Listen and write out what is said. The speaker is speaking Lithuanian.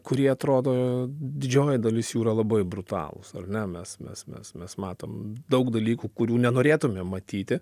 kurie atrodo didžioji dalis jų yra labai brutalūs ar ne mes mes mes mes matom daug dalykų kurių nenorėtumėm matyti